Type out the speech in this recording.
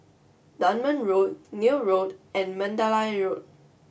Dunman Road Neil Road and Mandalay Road